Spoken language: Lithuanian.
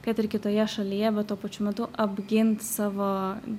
kad ir kitoje šalyje bet tuo pačiu metu apgint savo